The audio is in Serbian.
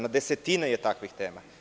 Na desetine je takvih tema.